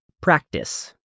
practice